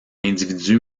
individu